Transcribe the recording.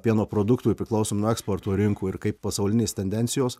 pieno produktų ir priklauso nuo eksporto rinkų ir kaip pasaulinės tendencijos